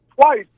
twice